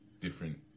different